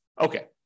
okay